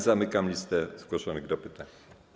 Zamykam listę zgłoszonych do pytań.